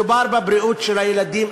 מדובר בבריאות של הילדים.